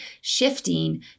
shifting